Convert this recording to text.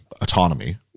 autonomy